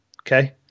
Okay